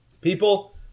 people